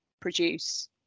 produce